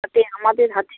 হাতে আমাদের হাতে